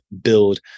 build